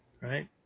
right